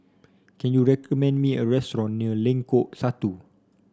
can you recommend me a restaurant near Lengkok Satu